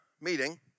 meeting